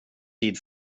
tid